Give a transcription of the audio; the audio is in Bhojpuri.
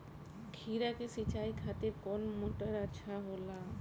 खीरा के सिचाई खातिर कौन मोटर अच्छा होला?